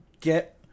get